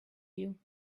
you